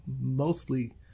mostly